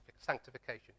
sanctification